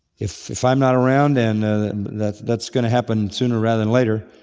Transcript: if i'm not around and that's going to happen sooner rather than later,